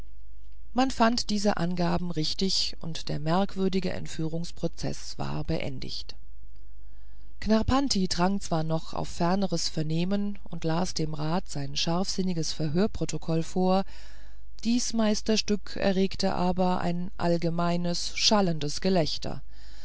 man fand diese angabe richtig und der merkwürdige entführungsprozeß war beendigt knarrpanti drang zwar noch auf fernere vernehmung und las im rat sein scharfsinniges verhörsprotokoll vor dies meisterstück erregte aber ein allgemeines schallendes gelächter